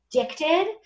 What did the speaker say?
addicted